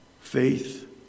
faith